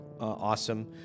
awesome